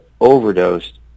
overdosed